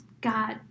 god